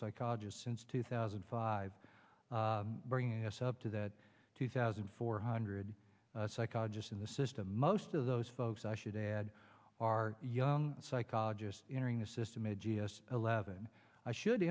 psychologists since two thousand and five bringing us up to that two thousand four hundred psychologists in the system most of those folks i should add are young psychologists entering the system a g s eleven i should